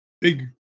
big